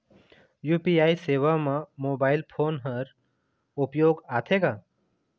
UPI सेवा म mobile phone हर उपयोग आथे का?